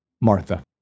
Martha